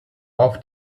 auf